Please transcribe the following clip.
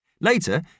Later